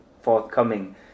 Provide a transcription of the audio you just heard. forthcoming